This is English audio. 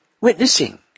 witnessing